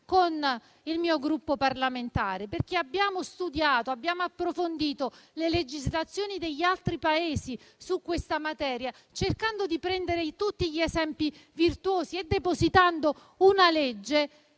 con il mio Gruppo parlamentare perché abbiamo studiato e approfondito le legislazioni degli altri Paesi sulla materia, cercando di prendere tutti gli esempi virtuosi e depositando una legge